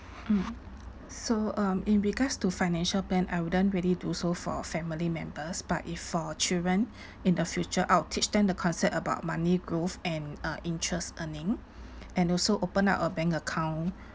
mm so um in regards to financial plan I wouldn't really do so for family members but if for children in the future I'll teach them the concept about money growth and uh interest earning and also open up a bank account